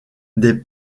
des